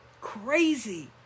Crazy